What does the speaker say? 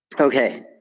okay